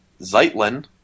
Zeitlin